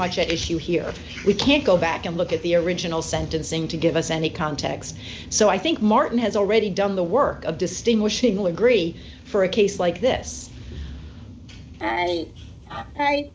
much at issue here we can't go back and look at the original sentencing to give us any context so i think martin has already done the work of distinguishing we agree for a case like this and